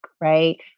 right